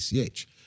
ACH